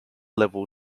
level